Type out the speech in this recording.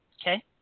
Okay